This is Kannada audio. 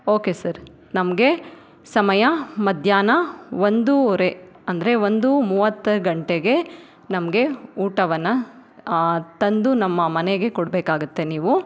ಓಕೆ ಸರ್ ನಮಗೆ ಸಮಯ ಮಧ್ಯಾಹ್ನ ಒಂದುವರೆ ಅಂದರೆ ಒಂದು ಮೂವತ್ತು ಗಂಟೆಗೆ ನಮಗೆ ಊಟವನ್ನು ತಂದು ನಮ್ಮ ಮನೆಗೆ ಕೊಡಬೇಕಾಗತ್ತೆ ನೀವು